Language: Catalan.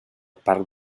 parc